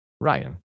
Ryan